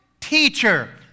teacher